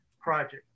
project